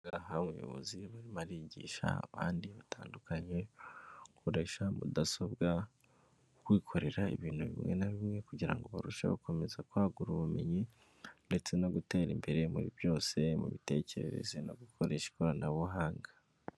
Hawe hari umuyobozi buri marigisha abandi batandukanye ukoresha mudasobwa kwikorera ibintu bimwe na bimwe kugirango ngo barusheho gukomeza kwagura ubumenyi ndetse no gutera imbere muri byose mu mitekerereze no gukoresha ikoranabuhanga.